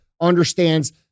understands